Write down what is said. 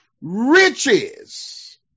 riches